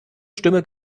stimme